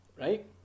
right